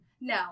No